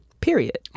period